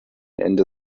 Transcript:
ende